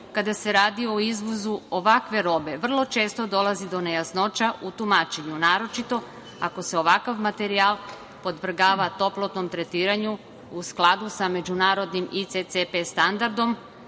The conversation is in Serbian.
kada se radi o izvozu ovakve robe, vrlo često dolazi do nejasnoća u tumačenju, naročito ako se ovakav materijal podvrgava toplotnom tretiranju u skladu sa međunarodnim ICCP standardom,